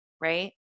right